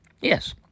Yes